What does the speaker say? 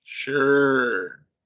Sure